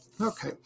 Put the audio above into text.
Okay